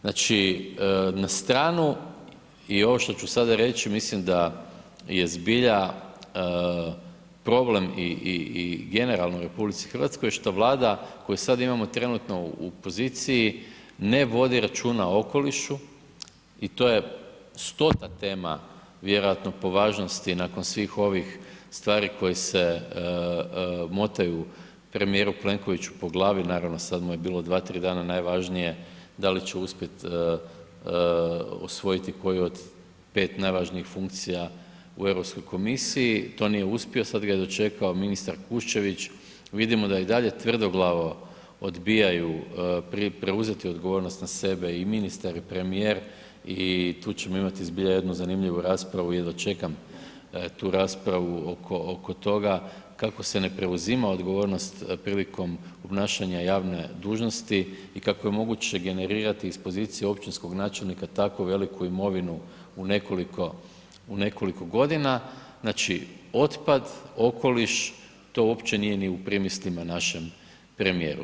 Znači na stranu i ovo što ću sada reći mislim daj e zbilja problem i generalno u RH je što Vlada koju sada imamo trenutno u poziciji, ne vodi računa o okolišu i to je stota tema vjerojatno po važnosti nakon svih ovih stvari koje se motaju premijeru Plenkoviću po glavi, naravno sad mu je bilo 2, 3 dana najvažnije da li će uspjeti osvojiti koji od 5 najvažniji funkcija u Europskoj komisiji, to nije uspio, sad ga je dočekao ministar Kuščević, vidimo da i dalje tvrdoglavo odbijaju preuzeti odgovornost na sebe i ministar i premijer i tu ćemo imati zbilja jednu zanimljivu raspravu, jedva čekam tu raspravu oko toga kako se ne preuzima odgovornost prilikom obnašanja javne dužnosti i kako je moguće generirati iz pozicije općinskog načelnika tako veliku imovinu u nekoliko godina, znači otpad, okoliš, to uopće nije ni u primislima našem premijeru.